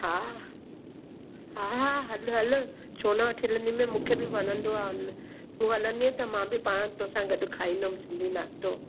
हा हा हा हल हल छो न वठी हलंदी माएं मूंखे बि वणंदो आहे तूं हलंदींअ त मां बि पाण तो सां गॾु खाईंदमि सिंधी नाश्तो